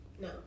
No